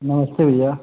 नमस्ते भैया